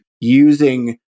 using